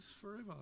forever